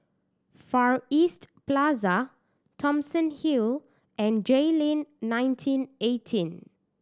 Far East Plaza Thomson Hill and Jayleen nineteen eighteen